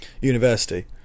University